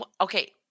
Okay